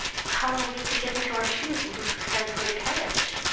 how are we to get into our shoes and be prepared for the carriage?